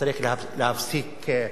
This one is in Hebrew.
צריך לשנות את הפסיקה,